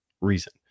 reason